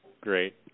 great